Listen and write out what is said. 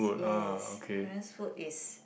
yes Koreans food is